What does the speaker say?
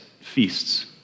feasts